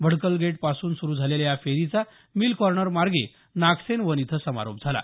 भडकलगेट पासून सुरु झालेल्या या फेरीचा मिलकॉर्नर मार्गे नागसेनवन इथं समारोप झाला